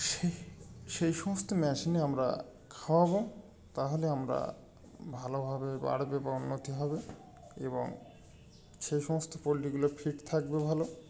সেই সেই সমস্ত ম্যাশ এনে আমরা খাওয়াব তা হলে আমরা ভালো ভাবে বাড়বে বা উন্নতি হবে এবং সেই সমস্ত পোলট্রিগুলো ফিট থাকবে ভালো